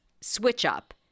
switch-up